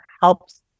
helps